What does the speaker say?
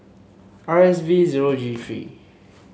R S V zero G three